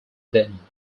then